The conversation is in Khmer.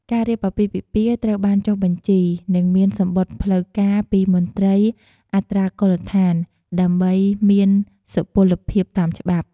ការរៀបអាពាហ៍ពិពាហ៍ត្រូវបានចុះបញ្ជី និងមានសំបុត្រផ្លូវការពីមន្ត្រីអត្រានុកូលដ្ឋាន ដើម្បីមានសុពលភាពតាមច្បាប់។